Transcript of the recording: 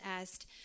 asked